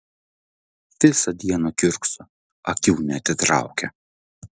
visą dieną kiurkso akių neatitraukia